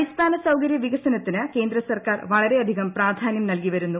അടിസ്ഥാന സൌകരൃ വികസനത്തിന് കേന്ദ്ര സർക്കാർ വളരെയധികം പ്രാധാന്യം നൽകി വരുന്നു